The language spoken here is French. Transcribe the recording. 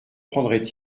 prendrait